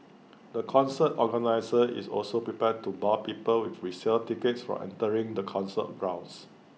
the concert organiser is also prepared to bar people with resale tickets from entering the concert grounds